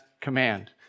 command